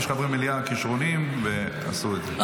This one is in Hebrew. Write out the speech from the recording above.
יש חברי מליאה כישרוניים, ועשו את זה.